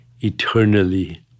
eternally